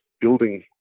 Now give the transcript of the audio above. building